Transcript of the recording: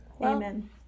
Amen